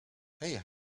hey